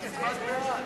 את יזמת את החוק.